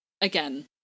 again